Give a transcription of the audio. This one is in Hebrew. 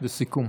לסיכום.